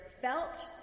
felt